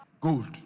Gold